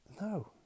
no